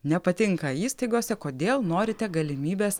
nepatinka įstaigose kodėl norite galimybės